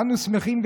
קוסמטיים.